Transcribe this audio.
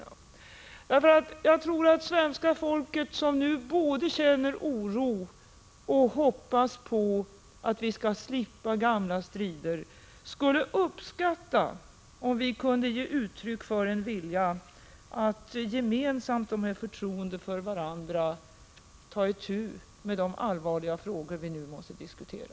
Jag tror nämligen att svenska folket, som nu både känner oro och hoppas på att vi skall slippa en forsättning på gamla strider, skulle uppskatta om vi kunde ge uttryck för en vilja att gemensamt och med förtroende för varandra ta itu med de allvarliga frågor som vi nu måste diskutera.